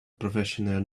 professional